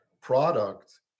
product